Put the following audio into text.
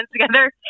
together